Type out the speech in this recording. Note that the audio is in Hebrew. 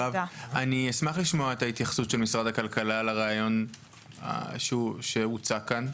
אשמח לשמע את התייחסות משרד הכלכלה לרעיון שהוצע כאן.